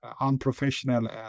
unprofessional